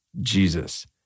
Jesus